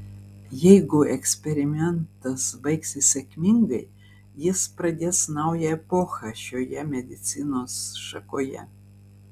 jeigu eksperimentas baigsis sėkmingai jis pradės naują epochą šioje medicinos šakoje